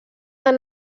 han